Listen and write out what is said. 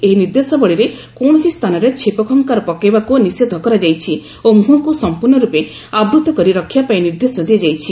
ଏହି ନିର୍ଦ୍ଦେଶାବଳୀରେ କୌଣସି ସ୍ଥାନରେ ଛେପ ଖଙ୍କାର ପକାଇବାକୁ ନିଷେଧ କରାଯାଇଛି ଓ ମୁହଁକୁ ସଂପୂର୍ଣ୍ଣ ରୂପେ ଆବୃଉ କରି ରଖିବା ପାଇଁ ନିର୍ଦ୍ଦେଶ ଦିଆଯାଇଛି